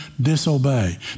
disobey